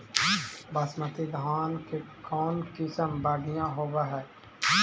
बासमती धान के कौन किसम बँढ़िया होब है?